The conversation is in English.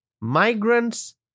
Migrants